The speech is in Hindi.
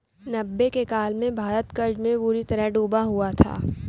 नब्बे के काल में भारत कर्ज में बुरी तरह डूबा हुआ था